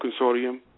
Consortium